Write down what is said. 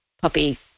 puppy